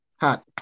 hot